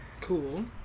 cool